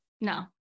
no